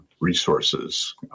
resources